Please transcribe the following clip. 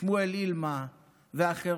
שמואל ילמה ואחרים,